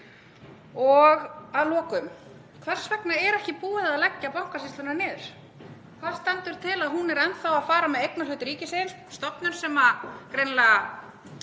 Og að lokum: Hvers vegna er ekki búið að leggja Bankasýsluna niður? Hvað stendur til ef hún er enn þá að fara með eignarhlut ríkisins, stofnun sem greinilega